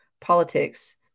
politics